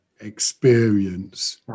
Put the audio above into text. experience